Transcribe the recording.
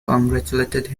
congratulated